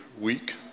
week